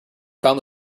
found